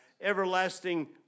everlasting